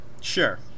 Sure